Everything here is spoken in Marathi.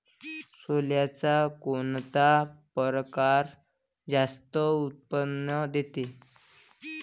सोल्याचा कोनता परकार जास्त उत्पन्न देते?